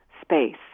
space